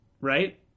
Right